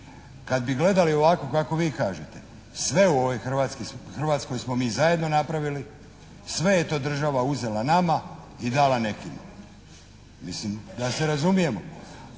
Kad bi gledali ovako kako vi kažete, sve u ovoj Hrvatskoj smo mi zajedno napravili, sve je to država uzela nama i dala nekima. Mislim da se razumijemo.